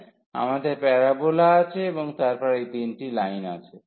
সুতরাং আমাদের প্যারোবোলা আছে এবং তারপর এই তিনটি লাইন আছে